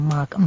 Mark